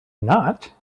not